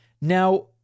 Now